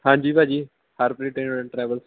ਹਾਂਜੀ ਭਾਅ ਜੀ ਹਰਪ੍ਰੀਤ ਟੂਰੰਰ ਐਂਡ ਟਰੈਵਲ